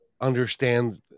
understand